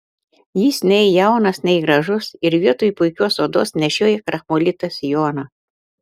jis nei jaunas nei gražus ir vietoj puikios odos nešioja krakmolytą sijoną